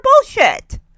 bullshit